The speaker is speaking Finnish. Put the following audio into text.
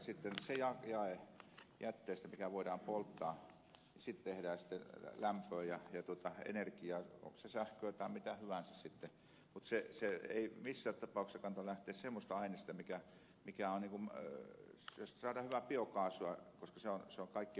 sitten siitä jakeesta jätteestä mikä voidaan polttaa tehdään lämpöä ja energiaa onko se sähköä tai mitä hyvänsä sitten mutta ei missään tapauksessa kannata lähteä semmoista ainesta polttamaan josta saadaan hyvää biokaasua saksan kaikki